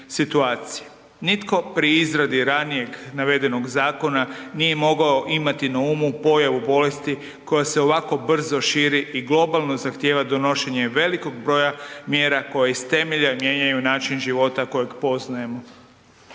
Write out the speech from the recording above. Nitko pri izradi ranijeg navedenog zakona nije mogao imati na umu pojavu bolesti koja se ovako brzo širi i globalno zahtjeva donošenje velikog broja mjera koje iz temelja mijenjaju način života kojeg poznajemo.